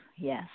yes